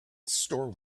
store